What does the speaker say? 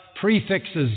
prefixes